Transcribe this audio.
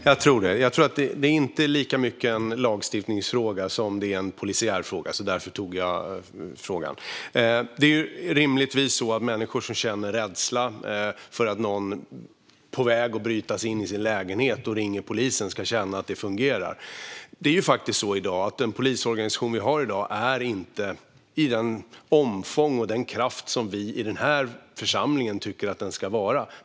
Fru talman! Detta är inte lika mycket en lagstiftningsfråga som en polisiär fråga, och därför ska jag svara på frågan. Det är rimligtvis så att människor som känner rädsla för att någon är på väg att bryta sig in i deras lägenhet och ringer polisen ska känna att det fungerar. I dag är det på det sättet att den polisorganisation som vi har inte är av det omfång och inte har den kraft som vi i denna församling tycker ska vara fallet.